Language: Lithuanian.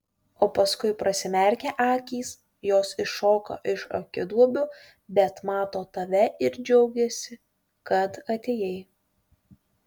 o paskui prasimerkia akys jos iššoka iš akiduobių bet mato tave ir džiaugiasi kad atėjai